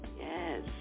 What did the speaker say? Yes